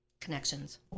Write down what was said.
connections